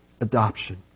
adoption